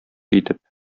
итеп